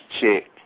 chick